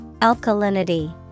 Alkalinity